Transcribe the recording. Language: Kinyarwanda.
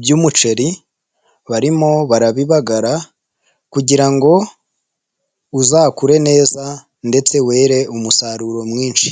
by'umuceri barimo barabibagara kugira ngo uzakure neza ndetse were umusaruro mwinshi.